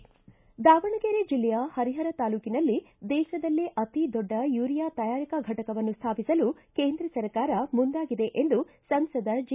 ದಾವಣಗೆರೆ ಜಿಲ್ಲೆಯ ಹರಿಹರ ತಾಲೂಕನಲ್ಲಿ ದೇಶದಲ್ಲೇ ಅತೀ ದೊಡ್ಡ ಯೂರಿಯಾ ತಯಾರಿಕಾ ಘಟಕವನ್ನು ಸ್ವಾಪಿಸಲು ಕೇಂದ್ರ ಸರ್ಕಾರ ಮುಂದಾಗಿದೆ ಎಂದು ಸಂಸದ ಜಿ